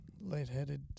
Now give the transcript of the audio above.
lightheaded